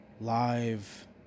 live